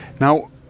now